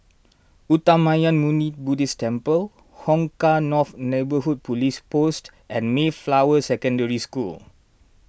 Uttamayanmuni Buddhist Temple Hong Kah North Neighbourhood Police Post and Mayflower Secondary School